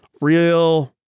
Real